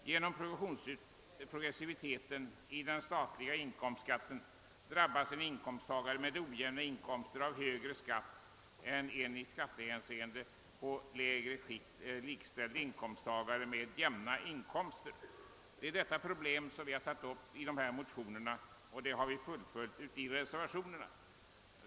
Genom progressiviteten i den statliga inkomstskatten drabbas en inkomsttagare med ojämna inkomster av högre skatt än en i skattehänseende på längre sikt likställd inkomsttagare med jämna inkomster. Det är detta problem vi har tagit upp i motionerna och fullföljt i reservationerna.